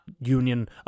union